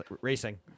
racing